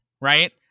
right